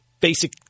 basic